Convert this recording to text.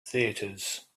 theatres